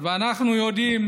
ואנחנו יודעים